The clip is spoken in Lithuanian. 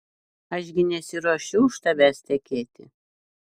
aš gi nesiruošiu už tavęs tekėti